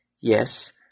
yes